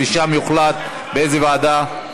ושם יוחלט באיזו ועדה.